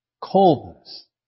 Coldness